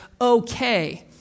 okay